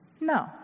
no